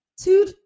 two